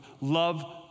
love